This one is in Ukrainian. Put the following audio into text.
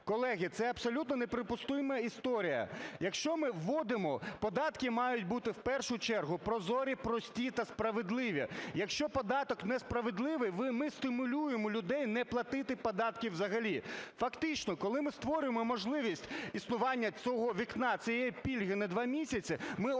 Колеги, це абсолютно неприпустима історія. Якщо ми вводимо, податки мають бути в першу чергу прозорі, прості та справедливі. Якщо податок несправедливий, ми стимулюємо людей не платити податки взагалі. Фактично, коли ми створюємо можливість існування цього вікна, цієї пільги на 2 місяці, ми ошукуємо